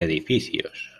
edificios